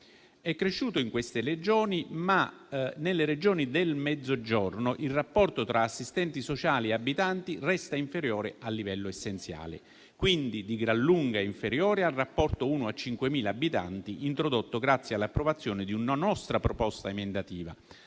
È cresciuto in queste Regioni, ma in quelle del Mezzogiorno il rapporto tra assistenti sociali e abitanti resta inferiore al livello essenziale, quindi di gran lunga inferiore al rapporto di 1 a 5.000 abitanti introdotto grazie all'approvazione di una nostra proposta emendativa.